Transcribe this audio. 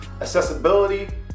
accessibility